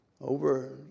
over